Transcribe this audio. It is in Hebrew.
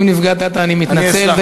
אם נפגעת, אני מתנצל.